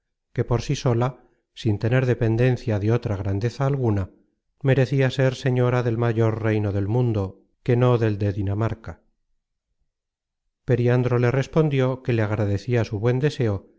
que por sí sola sin tener dependencia de otra grandeza alguna merecia ser señora del mayor reino del mundo que no del de dinamarca periandro le respondió que le agradecia su buen deseo